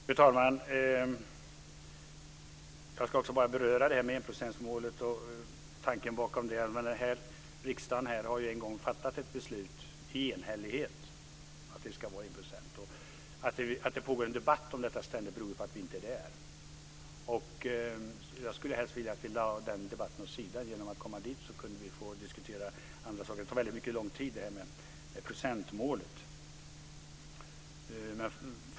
Fru talman! Jag ska också beröra enprocentsmålet och tanken bakom det. Riksdagen har en gång fattat ett beslut i enhällighet att det ska vara 1 %. Att det ständigt pågår en debatt om detta beror på att vi inte är där. Jag skulle helst vilja att vi lade den debatten åt sidan. Genom att komma dit kunde vi få diskutera andra saker. Diskussionen om procentmålet tar väldigt lång tid.